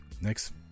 next